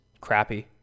crappy